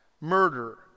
murder